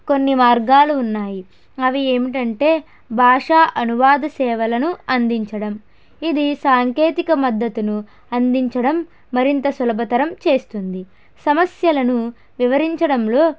కొన్ని మార్గాలు ఉన్నాయి అవి ఏమిటంటే భాష అనువాద సేవలను అందించడం ఇది సాంకేతిక మద్దతును అందించడం మరింత సులభతరం చేస్తుంది సమస్యలను వివరించడంలో